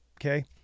Okay